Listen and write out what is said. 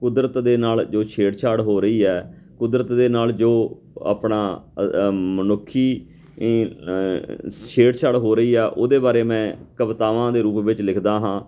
ਕੁਦਰਤ ਦੇ ਨਾਲ ਜੋ ਛੇੜਛਾੜ ਹੋ ਰਹੀ ਹੈ ਕੁਦਰਤ ਦੇ ਨਾਲ ਜੋ ਆਪਣਾ ਮਨੁੱਖੀ ਛੇੜਛਾੜ ਹੋ ਰਹੀ ਆ ਉਹਦੇ ਬਾਰੇ ਮੈਂ ਕਵਿਤਾਵਾਂ ਦੇ ਰੂਪ ਵਿੱਚ ਲਿਖਦਾ ਹਾਂ